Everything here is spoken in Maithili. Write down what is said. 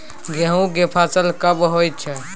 गेहूं के फसल कब होय छै?